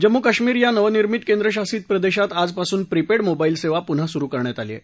जम्मू कश्मीर या नवनिर्मित केंद्रशासित प्रदेशात आजपासून प्रीपेड मोबाईल सेवा पुन्हा सुरू करण्यात आली आहे